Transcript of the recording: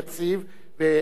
ואמת עדיפה,